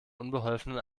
unbeholfenen